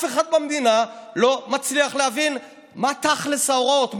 אף אחד במדינה כבר לא מצליח להבין מה תכל'ס ההוראות,